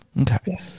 okay